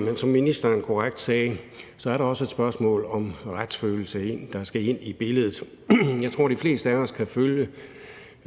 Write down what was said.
Men som ministeren korrekt sagde, er der også et spørgsmål om retsfølelse. Jeg tror, de fleste af os kan følge, at i